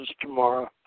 tomorrow